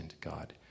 God